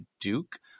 Duke